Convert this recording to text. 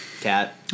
Cat